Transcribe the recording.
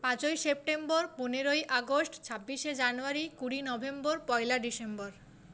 পাঁচই সেপ্টেম্বর পনেরোই আগষ্ট ছাব্বিশে জানুয়ারি কুড়ি নভেম্বর পয়লা ডিসেম্বর